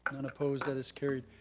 kind of opposed. that is carried.